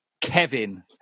Kevin